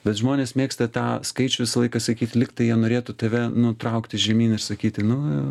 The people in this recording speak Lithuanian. bet žmonės mėgsta tą skaičių visą laiką sakyt lyg tai jie norėtų tave nutraukti žemyn ir sakyti nu jo